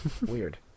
Weird